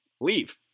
leave